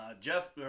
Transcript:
Jeff